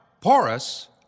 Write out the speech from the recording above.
porous